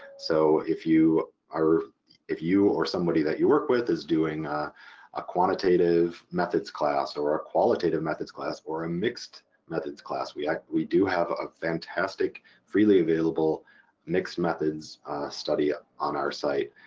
so if you are if you or somebody that you work with is doing a a quantitative methods class, or a qualitative methods class or a mixed methods class, we yeah we do have a fantastic freely available mixed methods study on our site.